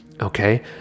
okay